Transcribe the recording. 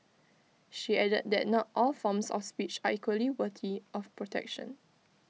she added that not all forms of speech are equally worthy of protection